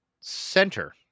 Center